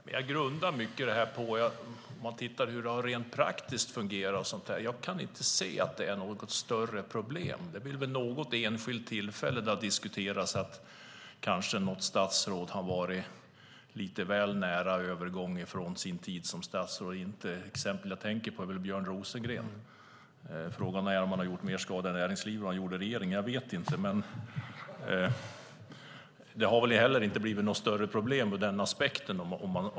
Herr talman! Om man tittar på hur det har fungerat rent praktiskt kan jag inte se att det är något större problem. Det har väl vid något enskilt tillfälle diskuterats att tiden för ett statsråds övergång från departement till företag kanske har varit väl kort. Ett exempel jag tänker på är Björn Rosengren. Jag frågar mig om han har gjort mer skada i näringslivet än vad han gjorde i regeringen - jag vet inte. Men det har inte blivit några större problem ur den aspekten.